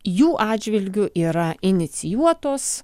jų atžvilgiu yra inicijuotos